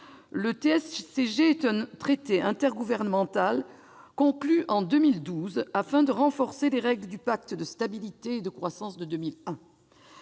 Le TSCG est un traité intergouvernemental, conclu en 2012 afin de renforcer les règles du pacte de stabilité et de croissance de 2001.